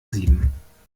sieben